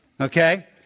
Okay